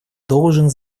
должен